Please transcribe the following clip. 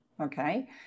Okay